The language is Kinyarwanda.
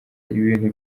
ibintu